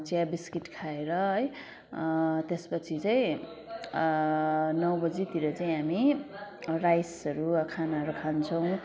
चिया बिस्किट खाएर है त्यसपछि चाहिँ नौ बजीतिर चाहिँ हामी राइसहरू खानाहरू खान्छौँ